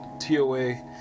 TOA